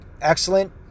Excellent